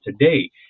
today